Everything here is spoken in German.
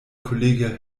kollege